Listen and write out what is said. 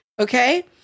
okay